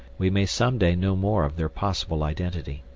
we may someday know more of their possible identity.